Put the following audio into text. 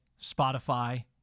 Spotify